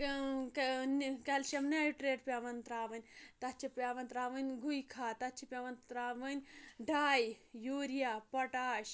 calcium nitrate پیٚوان ترٛاوٕنۍ تَتھ چھِ پیٚوان ترٛاوٕنۍ گُہۍ کھاد تَتھ چھِ پیٚوان ترٛاوٕنۍ ڈاے یوٗریہ پۄٹاش